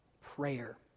prayer